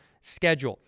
schedule